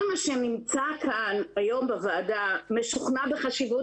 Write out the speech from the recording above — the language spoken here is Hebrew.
כל מי שנמצא כאן היום בוועדה משוכנע בחשיבות